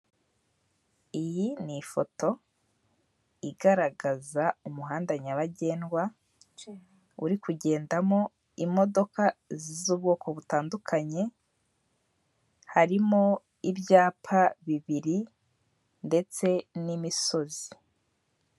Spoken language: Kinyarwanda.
Iyi ni ifoto igaragaza umuhanda nyabagendwa uri kugendamo imodoka z'ubwoko butandukanye harimo ibyapa bibiri ndetse n'imisozi.